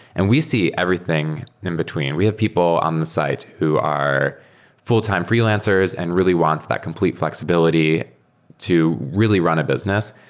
and we see everything in between. we have people on the site who are full-time freelancers and really wants that complete fl exibility to really run a business,